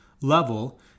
level